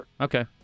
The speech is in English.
okay